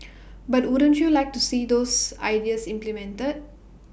but wouldn't you like to see those ideas implemented